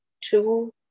two